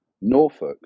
norfolk